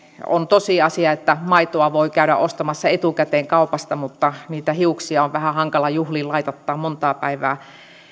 on tosiasia että maitoa voi käydä ostamassa etukäteen kaupasta mutta niitä hiuksia on vähän hankala juhliin laitattaa montaa päivää